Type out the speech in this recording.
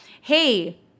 hey